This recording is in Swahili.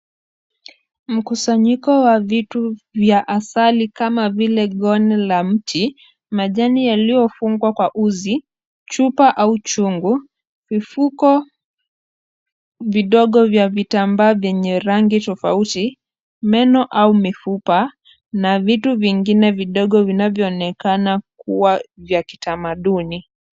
Mkusanyiko wa vitu vya asali kama vile goni la mti, majani yaliyofungwa kwa uzi, chupa au chungu, vifuko vidogo vya vitambaa vyenye rangi tofauti, meno au mifupa, na vitu vingine vidogo vinavyoonekana kuwa vya kitamaduni.